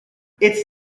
its